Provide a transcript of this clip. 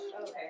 Okay